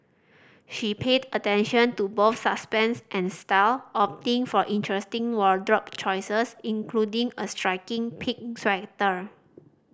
she paid attention to both substance and style opting for interesting wardrobe choices including a striking pink sweater